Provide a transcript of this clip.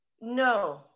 No